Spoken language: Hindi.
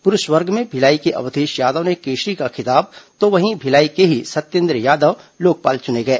पुरूष वर्ग में भिलाई के अवधेश यादव ने केशरी का खिताब तो वहीं भिलाई के ही सत्येन्द्र यादव लोकपाल चुने गए